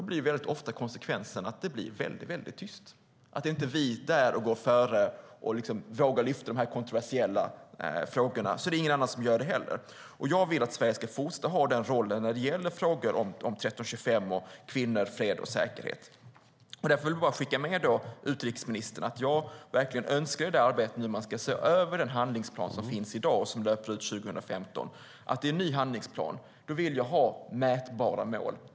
Då blir konsekvensen ofta att det blir mycket tyst. När vi inte väljer att gå före och vågar lyfta de kontroversiella frågorna är det ingen annan heller som gör det. Jag vill att Sverige ska fortsätta att ha den rollen när det gäller frågor om resolution 1325 och om kvinnor, fred och säkerhet. Därför vill jag bara skicka med utrikesministern att jag verkligen önskar att man ska se över den handlingsplan som finns i dag och som löper ut 2015. I en ny handlingsplan vill jag ha mätbara mål.